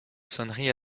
sonnerie